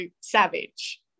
savage